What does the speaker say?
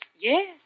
Yes